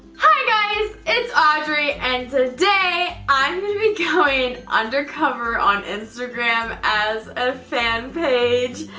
hi guys, it's audrey, and today i'm gonna be going undercover on instagram as a fan page.